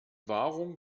wahrung